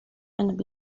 and